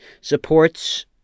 supports